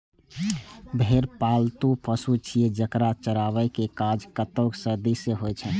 भेड़ पालतु पशु छियै, जेकरा चराबै के काज कतेको सदी सं होइ छै